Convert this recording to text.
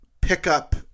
pickup